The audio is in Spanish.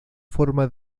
forma